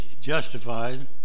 justified